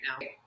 now